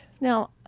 Now